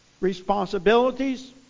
responsibilities